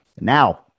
Now